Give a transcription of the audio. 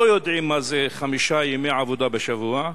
לא יודעים מה זה חמישה ימי עבודה בשבוע,